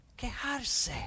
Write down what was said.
quejarse